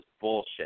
bullshit